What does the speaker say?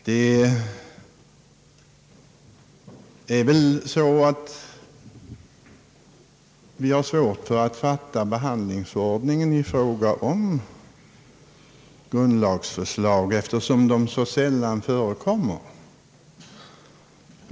Det är väl så att vi har svårt att fatta behandlingsordningen i fråga om grundlagsförslag, eftersom de så sällan förekommer.